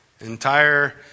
Entire